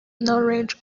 knowledge